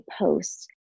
post